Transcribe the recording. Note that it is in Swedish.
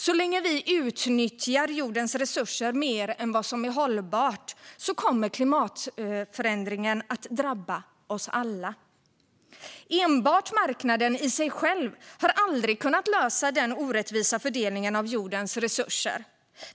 Så länge vi utnyttjar jordens resurser mer än vad som är hållbart kommer klimatförändringen att drabba oss alla. Enbart marknaden har aldrig kunnat lösa den orättvisa fördelningen av jordens resurser.